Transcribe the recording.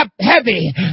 heavy